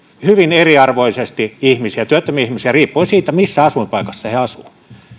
hyvin eriarvoisesti työttömiä ihmisiä riippuen siitä missä asuinpaikassa he asuvat